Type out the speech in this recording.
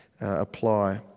apply